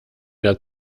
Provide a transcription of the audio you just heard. der